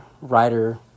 writer